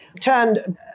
turned